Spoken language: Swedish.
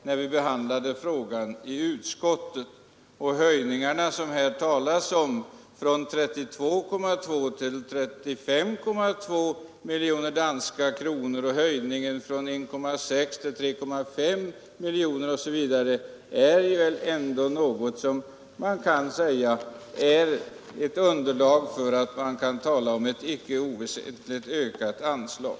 Och de höjningar som det här talats om — från 32,2 till 35,2 miljoner danska kronor, från 1,6 till 3,5 miljoner osv. — utgör ändå underlag för omdömet att det är fråga om ett icke oväsentligt ökat anslag.